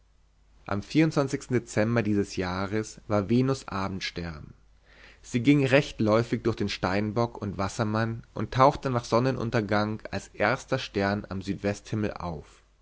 am dezember dieses jahres war venus abendstern sie ging rechtläufig durch den steinbock und wassermann und tauchte nach sonnenuntergang als erster stern am südwesthimmel auf